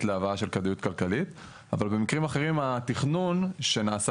להבאה של כדאיות כלכלית אבל במקרים אחרים התכנון שנעשה